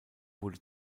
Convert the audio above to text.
wurde